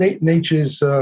nature's